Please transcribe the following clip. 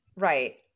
Right